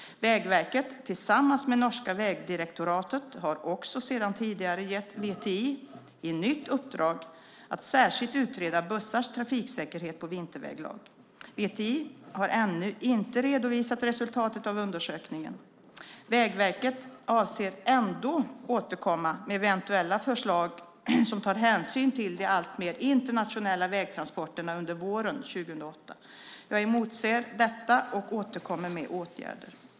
Vägverket, tillsammans med norska Vegdirektoratet, har också sedan tidigare gett VTI i nytt uppdrag att särskilt utreda bussars trafiksäkerhet på vinterväglag. VTI har ännu inte redovisat resultaten av undersökningen. Vägverket avser ändå att återkomma med eventuella förslag som tar hänsyn till de alltmer internationella vägtransporterna under våren 2008. Jag emotser detta och återkommer med åtgärder.